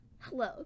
Hello